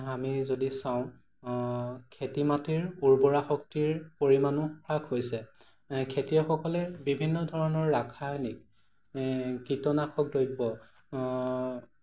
আমি যদি চাওঁ খেতি মাটিৰ উৰ্বৰা শক্তিৰ পৰিমাণো হ্ৰাস হৈছে খেতিয়কসকলে বিভিন্ন ধৰণৰ ৰাসায়নিক কীটনাশক দ্ৰব্য